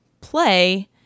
play